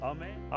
Amen